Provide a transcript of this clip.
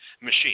machine